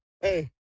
Hey